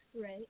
Right